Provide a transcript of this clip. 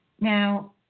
Now